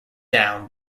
down